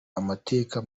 amateka